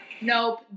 Nope